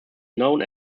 known